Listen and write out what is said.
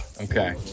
Okay